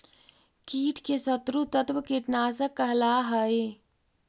कीट के शत्रु तत्व कीटनाशक कहला हई